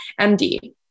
MD